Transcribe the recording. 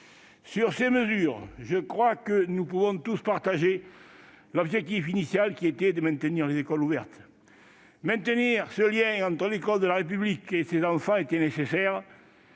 Sur ces mesures, je crois que nous pouvons tous partager l'objectif initial qui était de maintenir les écoles ouvertes. Maintenir ce lien entre l'école de la République et ses enfants était nécessaire,